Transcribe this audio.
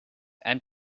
and